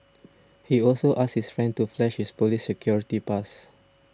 he also asked his friend to flash his police security pass